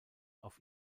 auf